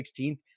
16th